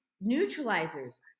neutralizers